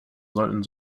sollten